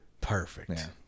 Perfect